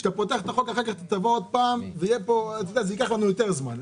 כשאתה פותח את החוק אחר כך אתה תבוא עוד פעם וזה ייקח לנו יותר זמן.